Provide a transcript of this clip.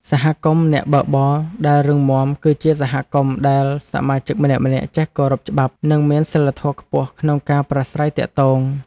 សហគមន៍អ្នកបើកបរដែលរឹងមាំ គឺជាសហគមន៍ដែលសមាជិកម្នាក់ៗចេះគោរពច្បាប់ និងមានសីលធម៌ខ្ពស់ក្នុងការប្រាស្រ័យទាក់ទង។